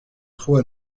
trop